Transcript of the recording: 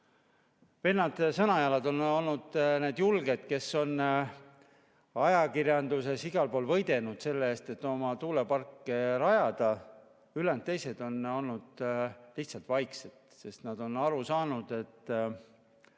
Vennad Sõnajalad on olnud need julged, kes on ajakirjanduses ja igal pool võidelnud selle eest, et oma tuuleparke rajada, ülejäänud on olnud lihtsalt vaikselt, sest nad on aru saanud, et